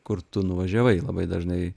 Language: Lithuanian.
kur tu nuvažiavai labai dažnai